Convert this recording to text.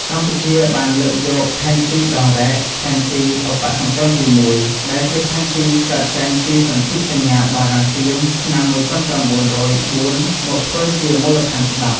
កម្ពុជាបានលើកយក ផែនទីដងរែក (ផែនទីឧបសម្ព័ន្ធទី១) ដែលជាផែនទីកើតចេញពីសន្ធិសញ្ញាបារាំង-សៀម ឆ្នាំ១៩០៤ មកធ្វើជាមូលដ្ឋានច្បាប់។